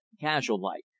casual-like